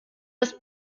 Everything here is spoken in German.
das